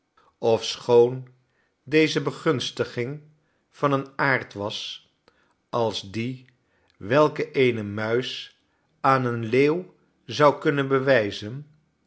ofschoon deze begunstiging van een aard was als die welke eene muis aan een leeuw zou kunnen bewijzen